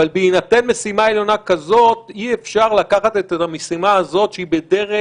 אבל בהינתן משימה עליונה כזאת אי-אפשר לקחת את המשימה הזאת שהיא בדרג,